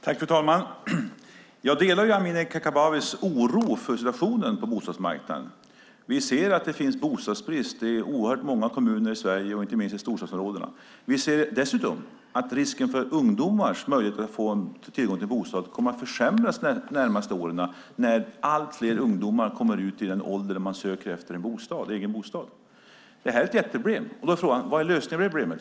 Fru talman! Jag delar Amineh Kakabavehs oro för situationen på bostadsmarknaden. Vi ser att det finns bostadsbrist i oerhört många kommuner i Sverige och inte minst i storstadsområdena. Vi ser dessutom en risk för att ungdomars möjligheter att få tillgång till bostad kommer att försämras de närmaste åren när allt fler ungdomar kommer upp i den ålder då de söker en egen bostad. Det här är ett jätteproblem. Då är frågan: Vad är lösningen på problemet?